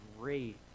great